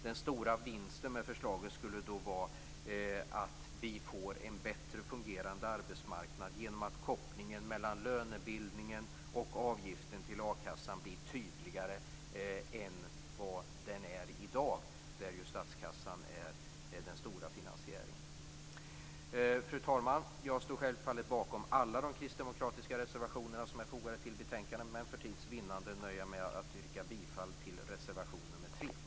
Den stora vinsten med förslaget skulle vara att vi får en bättre fungerande arbetsmarknad genom att kopplingen mellan lönebildningen och avgiften till akassan blir tydligare än vad den är i dag, när statskassan ju är den stora finansiären. Fru talman! Jag står självfallet bakom alla de kristdemokratiska reservationerna som är fogade till betänkandet, men för tids vinnande nöjer jag mig med att yrka bifall till reservation nr 3.